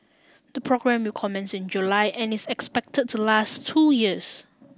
the programme will commence in July and is expect to last two years